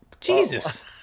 Jesus